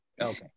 Okay